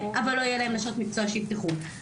אבל לא יהיה נשות מקצוע שיפתחו.